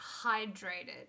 hydrated